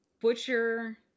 Butcher